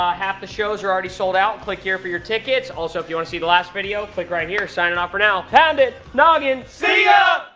ah half the shows are already sold out. click here for your tickets. also, if you want to see the last video, click right here. signing off for now. pound it. noggin. see ya.